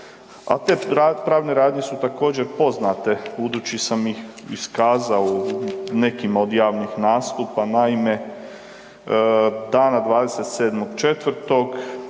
a te pravne radnje su također poznate budući sam ih iskazao u nekima od javnih nastupa. Naime, dana 27.4.,